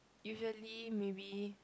usually maybe